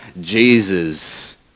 Jesus